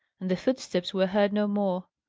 and the footsteps were heard no more.